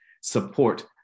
support